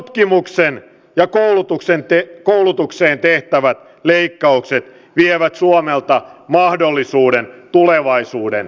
tutkimukseen ja koulutukseen tehtävät leikkaukset vievät suomelta mahdollisuuden tulevaisuuden kasvuun